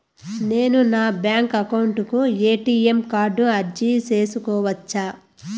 నేను నా bank account కు ఎ.టి.ఎం కార్డు అర్జీ సేసుకోవచ్చా?